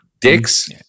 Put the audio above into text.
dicks